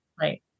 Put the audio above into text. right